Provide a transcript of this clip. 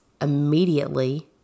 immediately